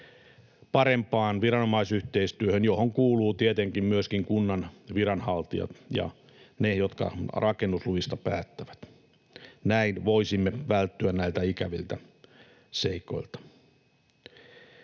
parempaan viranomaisyhteistyöhön. Näihin viranomaisiin kuuluvat tietenkin myöskin kunnan viranhaltijat ja ne, jotka rakennusluvista päättävät. Näin voisimme välttyä näiltä ikäviltä seikoilta.